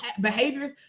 behaviors